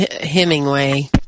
Hemingway